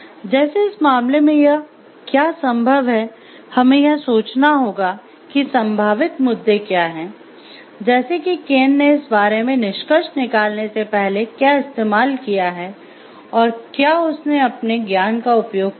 जैसे इस मामले में यह क्या संभव है हमें यह सोचना होगा कि संभावित मुद्दे क्या हैं जैसे कि केन ने इस बारे में निष्कर्ष निकालने से पहले क्या इस्तेमाल किया है और क्या उसने अपने ज्ञान का उपयोग किया है